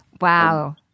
Wow